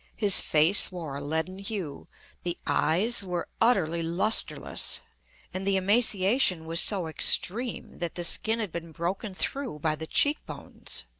his face wore a leaden hue the eyes were utterly lustreless and the emaciation was so extreme that the skin had been broken through by the cheek-bones.